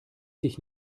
dich